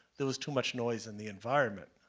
there was too much noise in the environment?